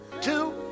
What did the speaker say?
two